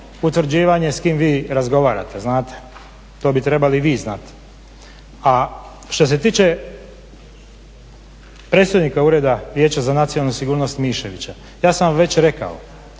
utvrđivanje s kim vi razgovarate, znate. To bi trebali i vi znati. A što se tiče predstojnika Ureda vijeća za nacionalnu sigurnost Mišćevića ja sam vam već rekao